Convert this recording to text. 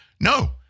No